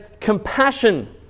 compassion